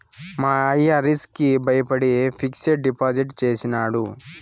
మా అయ్య రిస్క్ కి బయపడి ఫిక్సిడ్ డిపాజిట్ చేసినాడు